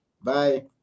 Bye